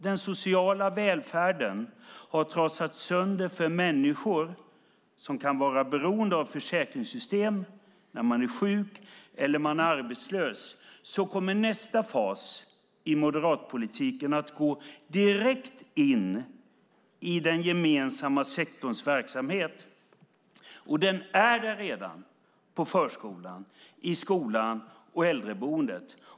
Den sociala välfärden har trasats sönder för människor som kan vara beroende av försäkringssystem när man är sjuk eller är arbetslös, och nästa fas i moderatpolitiken kommer att gå direkt in i den gemensamma sektorns verksamhet. Den är där redan på förskolan, i skolan och i äldreboendet.